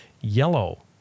yellow